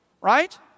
Right